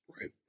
Right